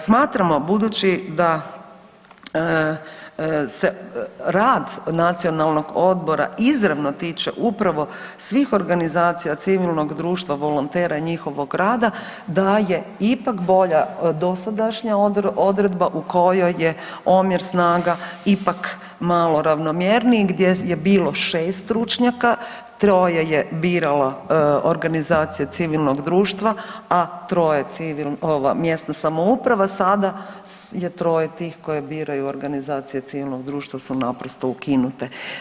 Smatramo budući da se rad Nacionalnog odbora izravno tiče upravo svih organizacija civilnog društva volontera i njihovog rada da je ipak bolja dosadašnja odredba u kojoj je omjer snaga ipak malo ravnomjerniji, gdje bilo 6 stručnjaka, 3-oje je birala organizacija civilnog društva, a 3-oje mjesna samouprava, sada je 3-oje tih koje biraju, organizacije civilnog društva su naprosto ukinute.